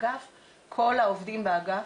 --- כל העובדים באגף,